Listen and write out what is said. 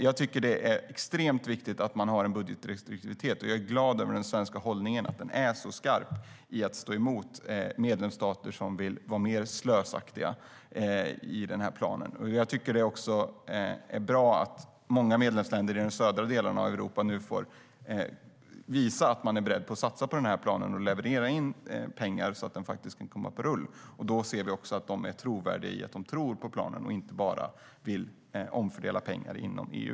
Jag tycker att det är extremt viktigt att man har en budgetrestriktivitet, och jag är glad över att den svenska hållningen är så skarp för att stå emot medlemsstater som vill vara mer slösaktiga i planen. Det är också bra att många medlemsländer i de södra delarna av Europa nu får visa att man är beredd att satsa på den här planen och leverera in pengar så att den kan komma på rull. Då visar de också att de tror på planen och inte bara vill omfördela pengar inom EU.